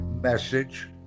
message